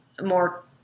more